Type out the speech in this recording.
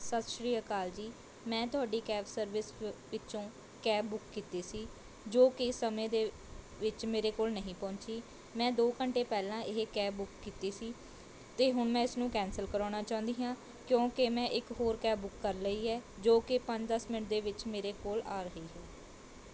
ਸਤਿ ਸ਼੍ਰੀ ਅਕਾਲ ਜੀ ਮੈਂ ਤੁਹਾਡੀ ਕੈਬ ਸਰਵਿਸ ਅ ਵਿੱਚੋਂ ਕੈਬ ਬੁੱਕ ਕੀਤੀ ਸੀ ਜੋ ਕਿ ਸਮੇਂ ਦੇ ਵਿੱਚ ਮੇਰੇ ਕੋਲ ਨਹੀਂ ਪਹੁੰਚੀ ਮੈਂ ਦੋ ਘੰਟੇ ਪਹਿਲਾਂ ਇਹ ਕੈਬ ਬੁੱਕ ਕੀਤੀ ਸੀ ਅਤੇ ਹੁਣ ਮੈਂ ਇਸਨੂੰ ਕੈਂਸਲ ਕਰਵਾਉਣਾ ਚਾਹੁੰਦੀ ਹਾਂ ਕਿਉਂਕਿ ਮੈਂ ਇੱਕ ਹੋਰ ਕੈਬ ਬੁੱਕ ਕਰ ਲਈ ਹੈ ਜੋ ਕਿ ਪੰਜ ਦਸ ਮਿੰਟ ਦੇ ਵਿੱਚ ਮੇਰੇ ਕੋਲ ਆ ਰਹੀ ਹੈ